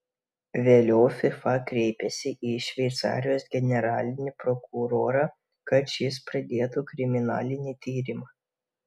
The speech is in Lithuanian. vėliau fifa kreipėsi į šveicarijos generalinį prokurorą kad šis pradėtų kriminalinį tyrimą